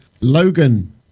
Logan